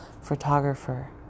photographer